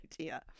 idea